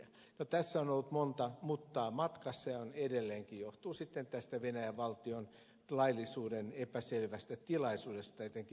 no tässä on ollut monta muttaa matkassa ja on edelleenkin mikä johtuu venäjän valtion laillisuuden epäselvästä tilanteesta etenkin maanomistuksen suhteen